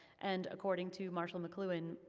and according to marshall mcluhan,